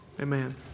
Amen